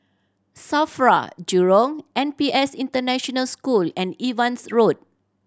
SAFRA Jurong N P S International School and Evans Road